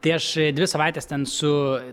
tai aš dvi savaites ten su